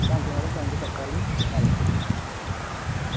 thank you madam thank you for calling nice day